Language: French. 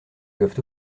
doivent